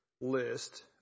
list